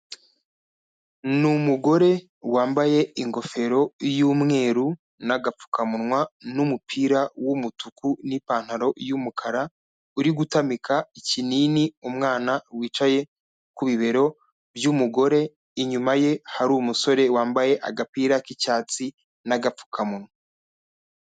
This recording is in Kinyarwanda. Ni umugore wambaye ingofero y'umweru n'agapfukamunwa n'umupira w'umutuku n'ipantaro y'umukara, uri gutamika ikinini umwana wicaye ku bibero by'umugore, inyuma ye hari umusore wambaye agapira k'icyatsi n'agapfukamunwa.